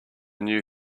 new